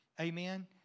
Amen